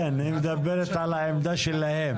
כן, היא מדברת על העמדה שלהם.